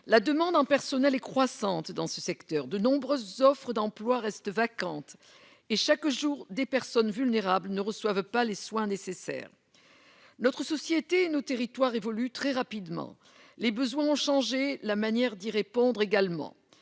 La demande en personnel est croissante dans ce secteur, de nombreuses offres d'emploi restent vacantes et, chaque jour, des personnes vulnérables ne reçoivent pas les soins nécessaires. Notre société et nos territoires évoluent très rapidement. Les besoins ont changé, la manière d'y répondre également.